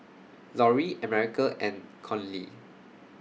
Loree America and Conley